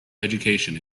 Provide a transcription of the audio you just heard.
education